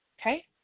Okay